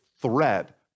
threat